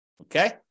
Okay